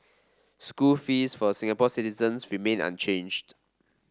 school fees for Singapore citizens remain unchanged